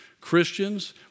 Christians